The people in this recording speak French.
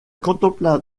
contempla